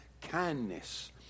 kindness